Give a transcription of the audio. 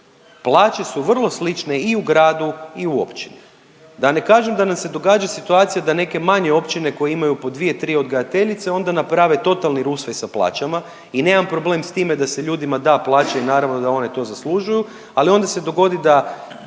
Plaće su vrlo slične i u gradu i u općini, da ne kažem da nam se događa situacija da neke manje općine koje imaju po dvije, tri odgajateljice onda naprave totalni rusvaj sa plaćama. I nemam problem sa time da se ljudima da plaća i naravno da one to zaslužuju, ali onda se dogodi da